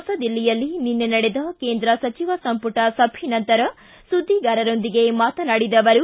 ಹೊಸದಿಲ್ಲಿಯಲ್ಲಿ ನಿನ್ನೆ ನಡೆದ ಕೇಂದ್ರ ಸಚಿವ ಸಂಪುಟ ಸಭೆ ನಂತರ ಸುದ್ದಿಗಾರರೊಂದಿಗೆ ಮಾತನಾಡಿದ ಅವರು